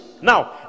Now